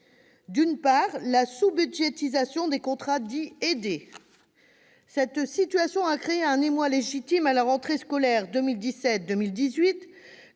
retiendra la sous-budgétisation des contrats dits « aidés ». Cette situation a créé un émoi légitime lors de la rentrée scolaire 2017-2018,